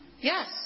Yes